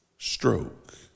stroke